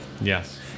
Yes